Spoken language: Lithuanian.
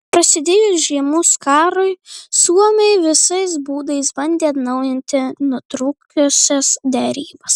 prasidėjus žiemos karui suomiai visais būdais bandė atnaujinti nutrūkusias derybas